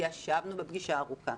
ישבנו בפגישה ארוכה,